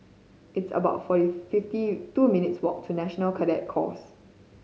it's about forty fifty two minutes' walk to National Cadet Corps